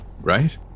right